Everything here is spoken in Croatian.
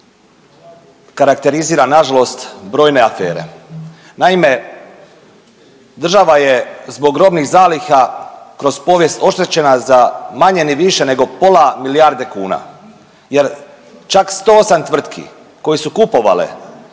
karakterizira na žalost brojne afere. Naime, država je zbog robnih zaliha kroz povijest oštećena za manje ni više nego pola milijarde kuna, jer čak 108 tvrtki koje su kupovale